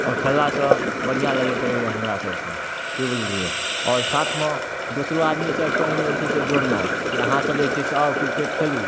आओर खेललासँ बढ़िआँ लगैत रहैया हमरासब कऽ की बुझलियै आओर साथमे दोसरो आदमी सब कऽ एहिमे जे छै से जोड़लहुँ कि अहाँसब जे छै से आउ क्रिकेट खेलु